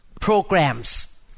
programs